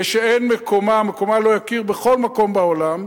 ושמקומה לא יכיר בכל מקום בעולם.